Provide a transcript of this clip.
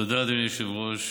תודה, אדוני היושב-ראש.